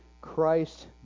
Christ